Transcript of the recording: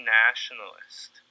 nationalist